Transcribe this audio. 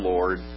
Lord